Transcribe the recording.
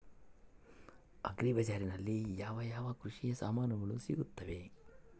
Agri ಬಜಾರಿನಲ್ಲಿ ಯಾವ ಯಾವ ಕೃಷಿಯ ಸಾಮಾನುಗಳು ಸಿಗುತ್ತವೆ?